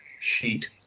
sheet